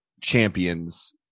champions